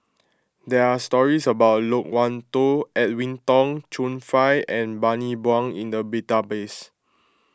there are stories about Loke Wan Tho Edwin Tong Chun Fai and Bani Buang in the database